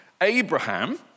Abraham